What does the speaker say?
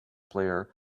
player